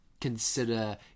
consider